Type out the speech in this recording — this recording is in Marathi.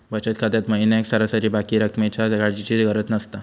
बचत खात्यात महिन्याक सरासरी बाकी रक्कमेच्या काळजीची गरज नसता